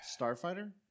Starfighter